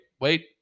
wait